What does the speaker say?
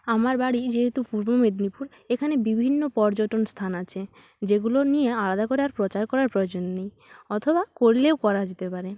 আমার বাড়ি যেহেতু পূর্ব মেদিনীপুর এখানে বিভিন্ন পর্যটন স্থান আছে যেগুলো নিয়ে আলাদা করে আর প্রচার করার প্রয়োজন নেই অথবা করলেও করা যেতে পারে